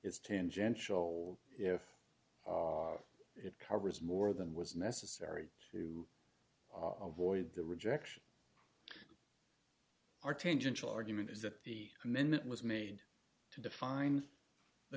it's tangential if it covers more than was necessary to avoid the rejection or tangential argument is that the amendment was made to define the